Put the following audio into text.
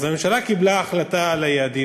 אז הממשלה קיבלה החלטה על היעדים,